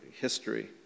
history